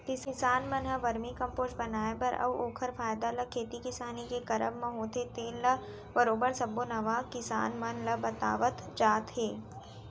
किसान मन ह वरमी कम्पोस्ट बनाए बर अउ ओखर फायदा ल खेती किसानी के करब म होथे तेन ल बरोबर सब्बो नवा किसान मन ल बतावत जात हे